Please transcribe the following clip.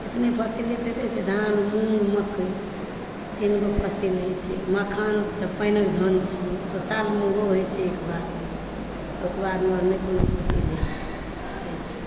फसल जे हेतै धान मुङ मकइ तीन गो फसल होइ छै मखान तऽ पानिक धन छी तऽ सालमे ओहो होइ छै एकबार